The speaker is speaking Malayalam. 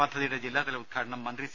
പദ്ധതിയുടെ ജില്ലാതല ഉദ്ഘാടനം മന്ത്രി സി